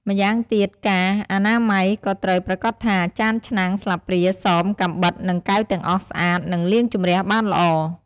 ម្យ៉ាងទៀតការអនាម័យ ក៏ត្រូវប្រាកដថា ចានឆ្នាំង ស្លាបព្រា សម កាំបិត និងកែវទាំងអស់ស្អាត និងលាងជម្រះបានល្អ។